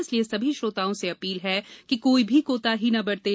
इसलिए सभी श्रोताओं से अपील है कि कोई भी कोताही न बरतें